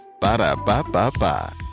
Ba-da-ba-ba-ba